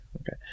Okay